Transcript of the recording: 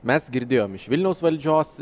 mes girdėjom iš vilniaus valdžios